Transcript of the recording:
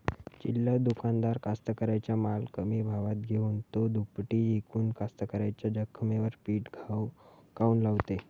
चिल्लर दुकानदार कास्तकाराइच्या माल कमी भावात घेऊन थो दुपटीनं इकून कास्तकाराइच्या जखमेवर मीठ काऊन लावते?